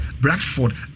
Bradford